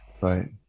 right